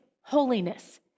holiness